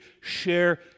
share